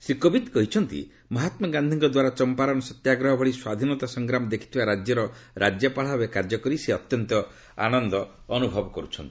ଶ୍ରୀ କୋବିନ୍ଦ କହିଛନ୍ତି ମହାତ୍ସା ଗାନ୍ଧୀଙ୍କ ଦ୍ୱାରା ଚମ୍ପାରନ ସତ୍ୟାଗ୍ରହ ଭଳି ସ୍ୱାଧୀନତା ସଂଗ୍ରାମ ଦେଖିଥିବା ରାଜ୍ୟପାଳ ଭାବେ କାର୍ଯ୍ୟକରି ସେ ଅତ୍ୟନ୍ତ ଅନୁଭବ କରୁଛନ୍ତି